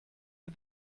you